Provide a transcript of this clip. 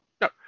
no